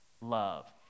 love